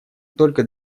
только